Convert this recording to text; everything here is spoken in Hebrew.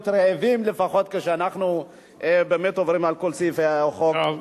רעבים לפחות כשאנחנו באמת עוברים על כל סעיפי החוק,